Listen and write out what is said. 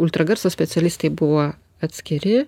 ultragarso specialistai buvo atskiri